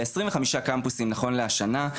בעשרים וחמישה קמפוסים נכון להשנה.